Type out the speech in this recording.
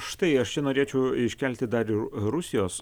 štai aš čia norėčiau iškelti dar ir rusijos